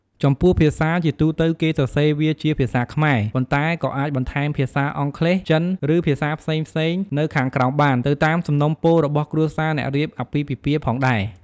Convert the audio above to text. ចំពោះភាសា ជាទូទៅ គេសរសេរវាជាភាសាខ្មែរ ប៉ុន្តែក៏អាចបន្ថែមភាសាអង់គ្លេស ចិន ឬភាសាផ្សេងៗនៅខាងក្រោមបាន ទៅតាមសំណូមពររបស់គ្រួសារអ្នករៀបអាពាហ៍ពិពាហ៍ផងដែរ។